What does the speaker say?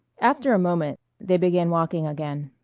after a moment they began walking again.